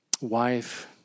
wife